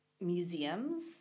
museums